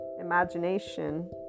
imagination